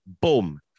Boom